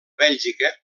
bèlgica